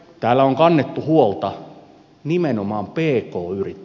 täällä on kannettu huolta nimenomaan pk yrittäjistä